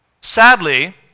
Sadly